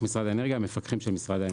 על ידי המפקחים של משרד האנרגיה.